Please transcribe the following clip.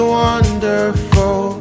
wonderful